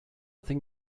think